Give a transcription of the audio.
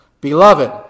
Beloved